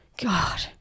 God